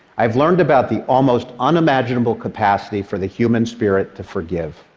i've learned about the almost unimaginable capacity for the human spirit to forgive.